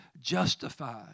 justified